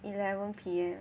eleven P_M